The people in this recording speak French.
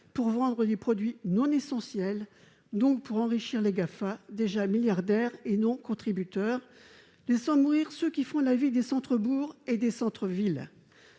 pour vendre des produits non essentiels. Cela enrichit les GAFA, déjà milliardaires et non contributeurs fiscaux, laissant mourir ceux qui font la vie des centres-bourgs et des centres-villes.